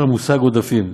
המושג "עודפים",